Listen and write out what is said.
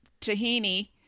tahini